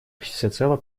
всецело